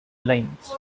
lines